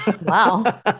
wow